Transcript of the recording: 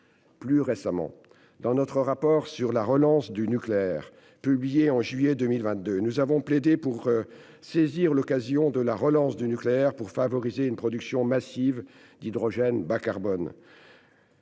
Plus récemment, dans notre rapport sur l'énergie nucléaire et l'hydrogène bas-carbone, publié en juillet 2022, nous avons plaidé pour « saisir l'occasion de la relance du nucléaire pour favoriser une production massive d'hydrogène bas-carbone